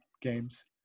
games